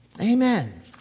Amen